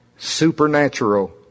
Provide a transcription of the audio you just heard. supernatural